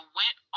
went